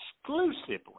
exclusively